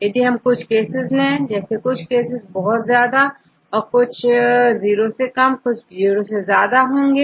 तो यदि हम कुछ केसेस ले जैसे कुछ केस बहुत ज्यादा फिर कुछ0 से कम कुछ 0 से ज्यादाहै